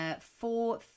four